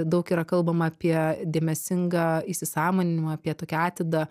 daug yra kalbama apie dėmesingą įsisąmoninimą apie tokią atidą